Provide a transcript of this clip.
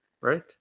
right